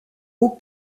haut